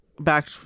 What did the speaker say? back